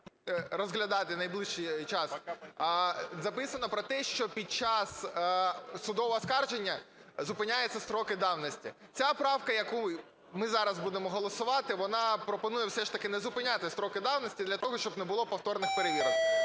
розглядати в найближчий час, записано про те, що під час судового оскарження зупиняються строки давності. Ця правка, яку ми зараз будемо голосувати, вона пропонує все ж таки не зупиняти строки давності для того, щоб не було повторних перевірок.